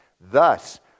Thus